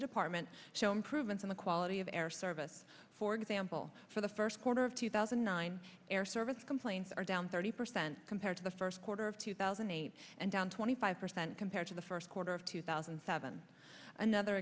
department show improvements in the quality of air service for example for the first quarter of two thousand and nine there sir the complaints are down thirty percent compared to the first quarter of two thousand and eight and down twenty five percent compared to the first quarter of two thousand and seven another